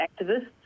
activists